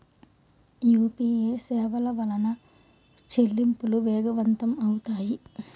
UPA సేవల వలన చెల్లింపులు వేగవంతం అవుతాయి